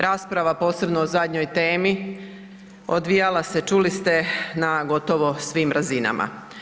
Rasprava posebno o zadnjoj temi odvijala se čuli ste na gotovo svim razinama.